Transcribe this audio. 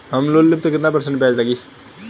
हम लोन लेब त कितना परसेंट ब्याज लागी?